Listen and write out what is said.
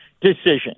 decision